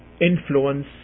influence